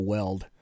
Weld